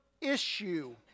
issue